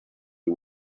the